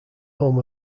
home